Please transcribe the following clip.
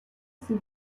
ces